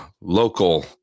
local